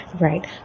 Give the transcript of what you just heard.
Right